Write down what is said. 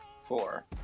Four